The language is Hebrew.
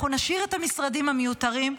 אנחנו נשאיר את המשרדים המיותרים,